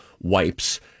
wipes